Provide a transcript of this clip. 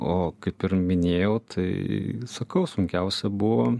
o kaip ir minėjau tai sakau sunkiausia buvo